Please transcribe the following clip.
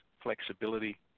flexibility